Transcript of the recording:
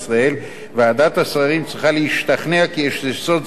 ועדת השרים צריכה להשתכנע כי יש יסוד סביר להניח